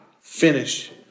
finish